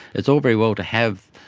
it's all very well to have,